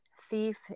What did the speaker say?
thief